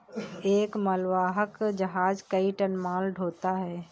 एक मालवाहक जहाज कई टन माल ढ़ोता है